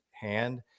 hand